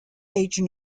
aged